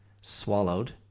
swallowed